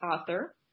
author